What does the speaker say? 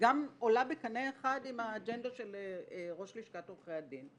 שגם עולה בקנה אחד עם האג'נדה של ראש לשכת עורכי הדין,